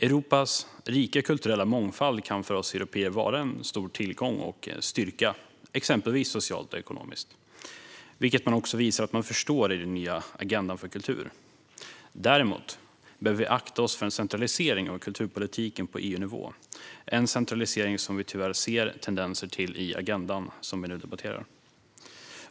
Europas rika kulturella mångfald kan för oss européer vara en stor tillgång och styrka, exempelvis socialt och ekonomiskt, vilket man visar att man förstår i den nya agendan för kultur. Däremot behöver man akta sig för den centralisering av kulturpolitiken på EU-nivå som vi tyvärr ser tendenser till i den agenda vi nu debatterar.